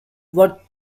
were